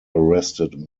arrested